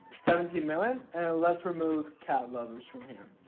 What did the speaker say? seventeen million and let's remove cat lovers from here.